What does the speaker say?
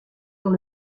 dans